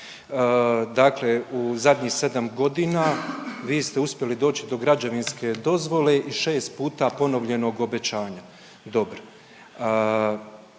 dakle u zadnjih 7 godina vi ste uspjeli doći do građevinske dozvole i 6 puta ponovljenog obećanja. Dobro.